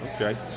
Okay